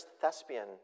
thespian